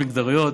מגדריות.